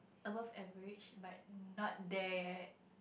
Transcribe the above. above average but not there yet